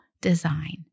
design